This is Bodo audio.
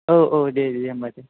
औ औ दे दे होनब्ला दे